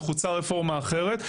נחוצה רפורמה אחרת,